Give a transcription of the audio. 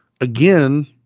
again